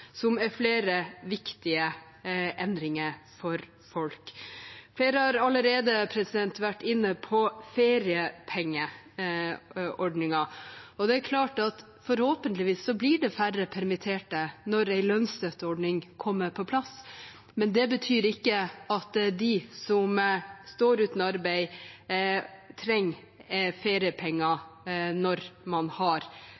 som er flere viktige endringer for folk. Flere har vært inne på feriepengeordningen allerede, og det er klart: Forhåpentligvis blir det færre permitterte når en lønnstøtteordning kommer på plass. Men det betyr ikke at de som har vært arbeidsløse, de som har stått uten arbeid, ikke trenger